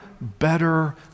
better